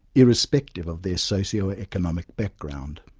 irrespective of their socio-economic background.